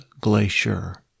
Glacier